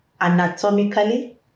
anatomically